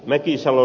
mäkisalo